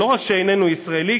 שלא רק שאיננו ישראלי,